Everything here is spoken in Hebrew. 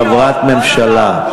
חברת ממשלה.